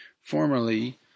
Formerly